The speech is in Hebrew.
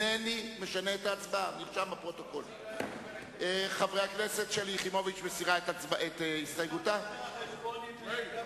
אני קובע שגם הצעת קבוצת סיעת חד"ש והסתייגותה לא נתקבלו.